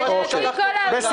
ממש לא שלחתי אותך אליו.